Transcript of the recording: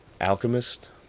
Alchemist